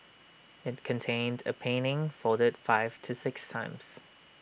IT contained A painting folded five to six times